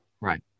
Right